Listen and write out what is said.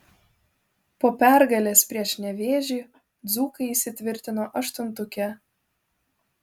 po pergalės prieš nevėžį dzūkai įsitvirtino aštuntuke